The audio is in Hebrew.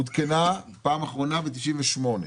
עודכנה פעם אחרונה ב-98'.